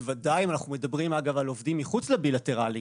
בוודאי אם אנחנו מדברים על עובדים מחוץ לבילטרלי,